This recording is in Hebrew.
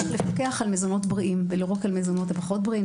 צריך לפקח על מזונות בריאים ולא רק על המזונות הפחות בריאים,